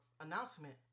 announcement